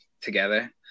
together